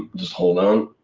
just hold on.